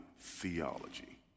theology